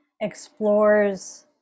explores